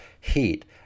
heat